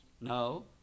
No